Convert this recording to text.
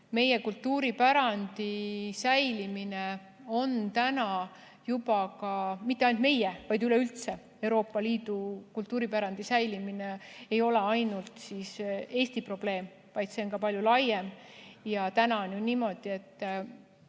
Meie kultuuripärandi säilimine, ja mitte ainult meie, vaid üleüldse Euroopa Liidu kultuuripärandi säilimine, ei ole ainult Eesti probleem, vaid see on palju laiem. Praegu on ju niimoodi, et